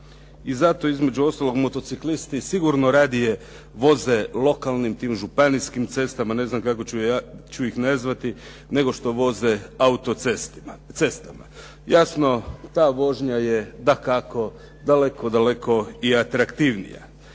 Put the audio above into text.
I zato između ostaloga motociklisti sigurno radije voze lokalnim tim županijskim cestama, ne znam kako ću ih nazvati, nego što voze autocestama. Jasno, ta vožnja je dakako daleko, daleko i atraktivnija.